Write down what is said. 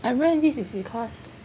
I read this is because